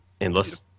Endless